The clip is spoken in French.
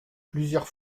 plusieurs